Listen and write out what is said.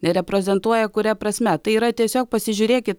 nereprezentuoja kuria prasme tai yra tiesiog pasižiūrėkite